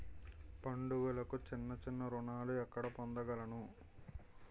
పండుగలకు చిన్న చిన్న రుణాలు ఎక్కడ పొందగలను?